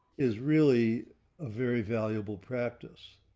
is really a very valuable practice,